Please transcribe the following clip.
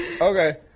Okay